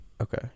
Okay